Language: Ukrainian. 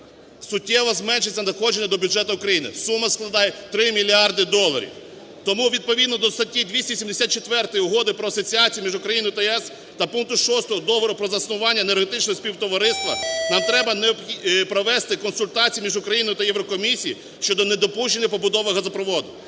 суттєво зменшиться надходження до бюджету України, сума складає 3 мільярди доларів. Тому, відповідно до статті 274 Угоди про асоціацію між Україною та ЄС, та пункту 6 Договору про заснування енергетичного співтовариства, нам треба провести консультації між Україною та Єврокомісією щодо недопущення побудови газопроводу.